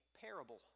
parable